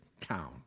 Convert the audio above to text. town